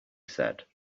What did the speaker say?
said